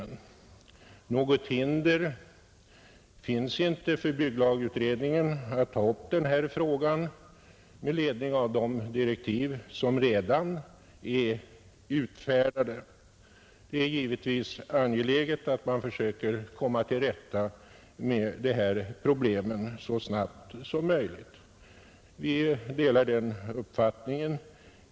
Något hinder finns inte för bygglagutredningen att ta upp denna fråga med ledning av de direktiv som redan är utfärdade, Det är givetvis angeläget att man försöker komma till rätta med de här problemen så snart som möjligt. Vi inom utskottet delar den uppfattningen.